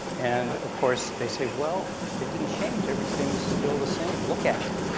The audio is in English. and of course they say, well, it didn't change, everything is still the same, look at it.